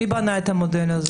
מי בנה את המודל הזה?